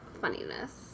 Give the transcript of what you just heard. funniness